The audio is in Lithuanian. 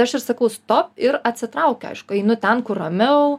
aš ir sakau stop ir atsitraukia aš einu ten kur ramiau